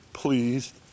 Please